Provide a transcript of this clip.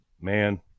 man